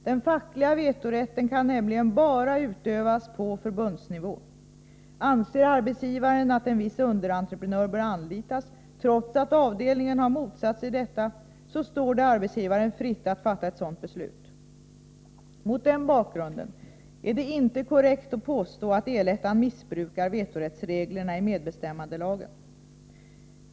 Den fackliga vetorätten kan nämligen bara utövas på förbundsnivå. Anser arbetsgivaren att en viss underentreprenör bör anlitas, trots att avdelningen har motsatt sig detta, står det arbetsgivaren fritt att fatta ett sådant beslut. Mot den bakgrunden är det inte korrekt att påstå att El-ettan missbrukar vetorättsreglerna i medbestämmandelagen.